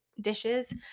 dishes